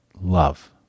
love